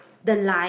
the line